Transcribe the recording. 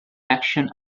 action